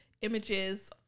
images